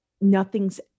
nothing's